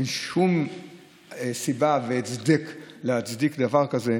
אין שום סיבה והצדקה לדבר כזה,